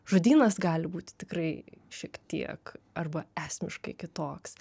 žodynas gali būti tikrai šiek tiek arba esmiškai kitoks